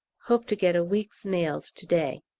hope to get a week's mails to-day.